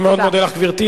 אני מאוד מודה לך, גברתי.